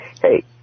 Hey